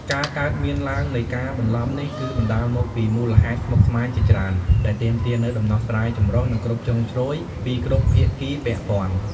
ការកើតមានឡើងនៃការបន្លំនេះគឺបណ្ដាលមកពីមូលហេតុស្មុគស្មាញជាច្រើន ដែលទាមទារនូវដំណោះស្រាយចម្រុះ និងគ្រប់ជ្រុងជ្រោយពីគ្រប់ភាគីពាក់ព័ន្ធ។